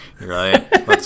Right